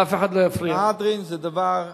"מהדרין" זה דבר לגיטימי.